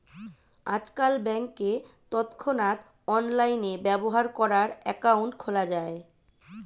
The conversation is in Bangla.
আজকাল ব্যাংকে তৎক্ষণাৎ অনলাইনে ব্যবহার করার অ্যাকাউন্ট খোলা যায়